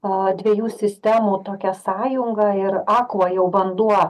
a dviejų sistemų tokia sąjunga ir akua jau vanduo